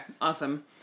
awesome